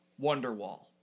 Wonderwall